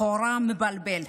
לכאורה, מבלבל: